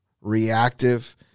reactive